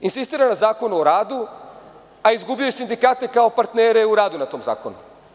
Insistira na Zakonu o radu, a izgubio je sindikate kao partnere u radu na tom zakonu.